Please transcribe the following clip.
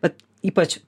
vat ypač